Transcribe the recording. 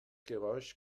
geräusch